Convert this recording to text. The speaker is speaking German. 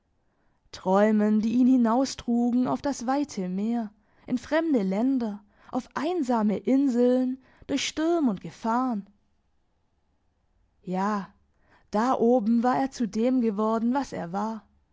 träumen die ihn hinaustrugen auf das weite meer in fremde länder auf einsame inseln durch sturm und gefahren ja da oben war er zu dem geworden was er war